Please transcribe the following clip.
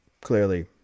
clearly